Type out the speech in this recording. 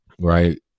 right